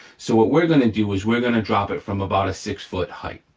so what we're gonna do is we're gonna drop it from about a six foot height.